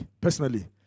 personally